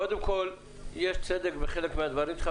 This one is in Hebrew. קודם כל יש צדק בחלק מהדברים שלך,